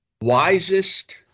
wisest